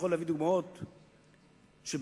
יכול להביא דוגמאות שבעבר,